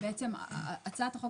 הצעת החוק